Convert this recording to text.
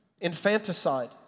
Infanticide